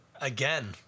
again